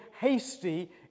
hasty